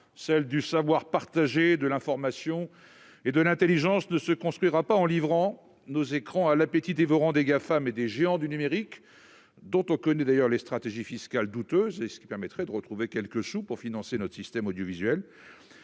celle du savoir partager de l'information et de l'Intelligence ne se construira pas en livrant nos écrans à l'appétit dévorant des Gafam et des géants du numérique dont on connaît d'ailleurs les stratégies fiscales douteuses et ce qui permettrait de retrouver quelques sous pour financer notre système audiovisuel